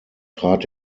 trat